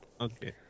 Okay